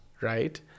right